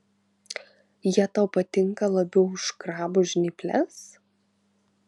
jie tau patinka labiau už krabų žnyples